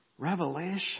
Revelation